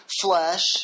flesh